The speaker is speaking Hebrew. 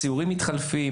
הציורים מתחלפים,